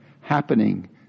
happening